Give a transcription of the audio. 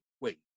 wait